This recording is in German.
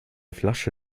flasche